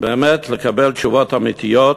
באמת לקבל תשובות אמיתיות